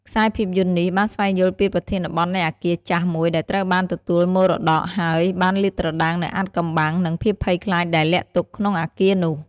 ខ្សែភាពយន្តនេះបានស្វែងយល់ពីប្រធានបទនៃអគារចាស់មួយដែលត្រូវបានទទួលមរតក ហើយបានលាតត្រដាងនូវអាថ៌កំបាំង និងភាពភ័យខ្លាចដែលលាក់ទុកក្នុងអគារនោះ។